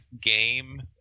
game